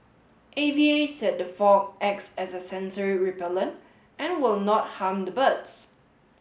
A V A said the fog acts as a sensory repellent and will not harm the birds